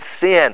sin